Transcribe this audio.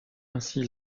ainsi